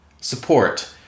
support